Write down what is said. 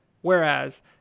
Whereas